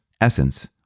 essence